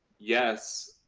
yes,